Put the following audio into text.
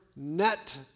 Net